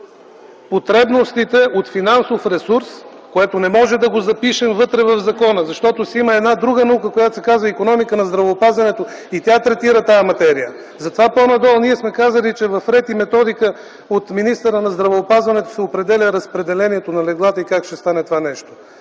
потребностите от финансов ресурс, което не можем да го запишем вътре в закона. Има една друга наука, която се казва „Икономика на здравеопазването”, и тя третира тази материя. Затова по-надолу ние сме казали, че по ред и методика от министъра на здравеопазването се определя разпределението на леглата и как ще стане това нещо.